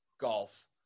Golf